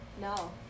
No